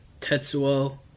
Tetsuo